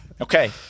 Okay